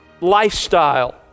lifestyle